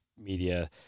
media